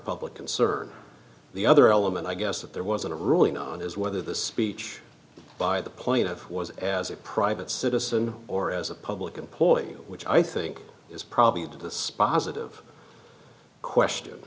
public concern the other element i guess that there wasn't a ruling on is whether the speech by the plaintiff was as a private citizen or as a public employee which i think is probably the spaza tive question